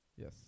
Yes